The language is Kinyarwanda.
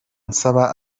nsaba